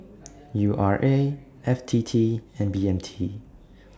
U R A F T T and B M T